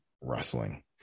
wrestling